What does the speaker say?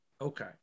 Okay